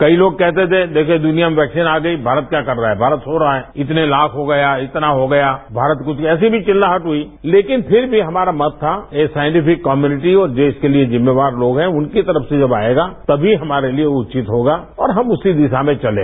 कई लोग कहते थे देखिए दुनिया में वैक्सीन आ गई भारत क्या कर रहा है भारत सो रहा है इतने ताख हो गए इतना हो गया भारत कुछ नहीं ऐसी भी चिल्लाहट हुई लेकिन फिर भी हमारा मत था ये साइंटिफिक कम्पुनिटी और देश के लिए जिम्मेवार लोग हैं उनकी तरफ से जब आएगा तभी हमारे लिए उचित होगा और हम उसी दिशा में चलें